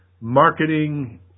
marketing